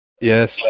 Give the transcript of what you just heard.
Yes